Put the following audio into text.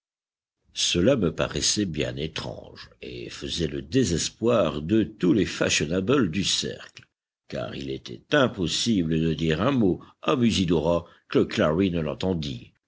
cela me paraissait bien étrange et faisait le désespoir de tous les fashionables du cercle car il était impossible de dire un mot à musidora que clary ne l'entendît